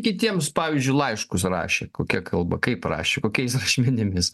kitiems pavyzdžiui laiškus rašė kokia kalba kaip rašė kokiais rašmenimis